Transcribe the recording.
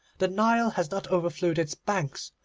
the nile has not overflowed its banks,